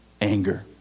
anger